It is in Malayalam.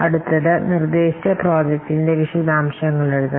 അടുത്തത് നിർദേശിച്ച പ്രോജക്ടിന്റെ വിശദാംശങ്ങൾ എഴുതണം